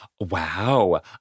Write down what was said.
Wow